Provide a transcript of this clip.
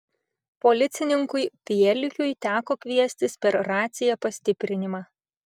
policininkui pielikiui teko kviestis per raciją pastiprinimą